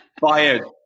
Fired